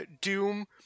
Doom